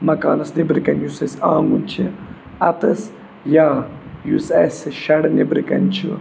مکانَس نٮ۪برٕ کَنۍ یُس اَسہِ آنٛگُن چھِ اَتَس یا یُس اَسہِ شَڈٕ نٮ۪برٕ کَنۍ چھِ